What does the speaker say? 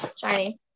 Shiny